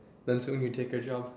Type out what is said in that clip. then soon we take a job